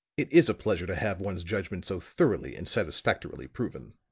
it is a pleasure to have one's judgment so thoroughly and satisfactorily proven.